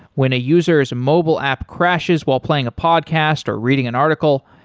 when a user s mobile app crashes while playing a podcast, or reading an article,